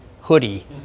hoodie